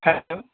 hello